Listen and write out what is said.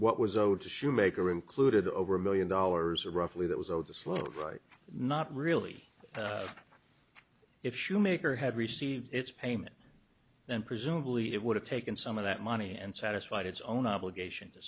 what was owed to shoemaker included over a million dollars or roughly that was owed to slow right not really if shoemaker had received its payment and presumably it would have taken some of that money and satisfied its own obligation to